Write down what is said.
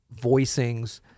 voicings